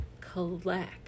collect